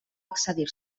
excedir